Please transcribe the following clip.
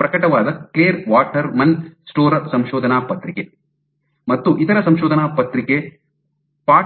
ಪ್ರಕಟವಾದ Clare Waterman Storr ಸಂಶೋಧನಾ ಪತ್ರಿಕೆ ಮತ್ತು ಇತರ ಸಂಶೋಧನಾ ಪತ್ರಿಕೆ ಪಾಟ್ಲಾ Patla et al